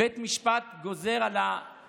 בית המשפט גוזר על הפוגע,